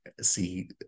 see